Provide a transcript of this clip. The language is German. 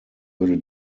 würde